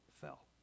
fell